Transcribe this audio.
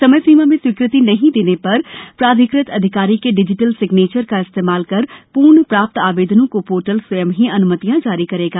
समयसीमा में स्वीकृति नहीं देने पर प्राधिकृत अधिकारी के डिजिटल सिग्नेचर का इस्तेमाल कर पूर्ण प्राप्त आवेदनों को पोर्टल स्वयं ही अनुमतियां जारी करेगा